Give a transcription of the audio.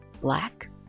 Black